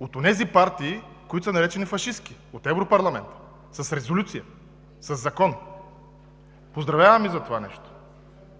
от онези партии, които са наречени „фашистки“ – от Европарламента с резолюция, със закон. Поздравявам Ви за това нещо.